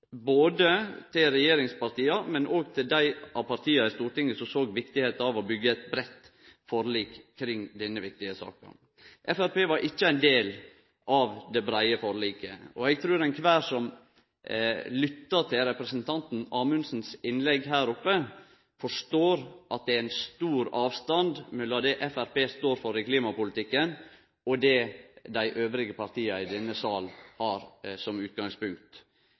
både til regjeringspartia og til dei partia i Stortinget som såg viktigheita av å byggje eit breitt forlik i denne viktige saka. Framstegspartiet var ikkje ein del av det breie forliket. Eg trur at kvar og ein som lyttar til representanten Amundsens innlegg her, forstår at det er ein stor avstand mellom det Framstegspartiet står for i klimapolitikken, og det dei andre partia i denne salen har som utgangspunkt.